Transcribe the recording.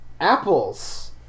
Apples